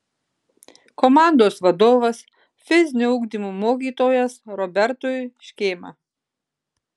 komandos vadovas fizinio ugdymo mokytojas robertui škėma